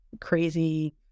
crazy